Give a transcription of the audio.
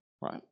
Right